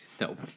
Nope